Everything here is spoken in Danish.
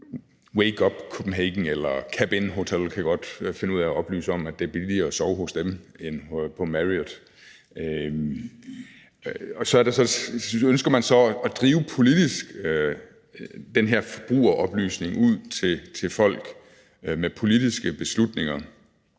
Wakeup Copenhagen eller CABINN Hotel kan godt finde ud af at oplyse om, at det er billigere at sove hos dem end på Marriott. Så ønsker man så at drive den her forbrugeroplysning ud til folk med politiske beslutninger,